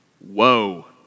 Whoa